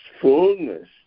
fullness